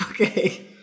Okay